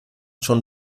schon